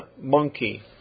monkey